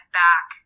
back